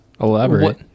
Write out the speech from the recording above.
elaborate